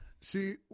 see